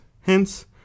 Hence